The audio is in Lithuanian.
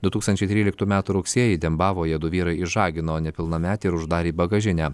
du tūkstančiai tryliktų metų rugsėjį dembavoje du vyrai išžagino nepilnametę ir uždarė į bagažinę